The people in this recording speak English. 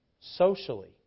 Socially